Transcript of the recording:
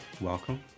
welcome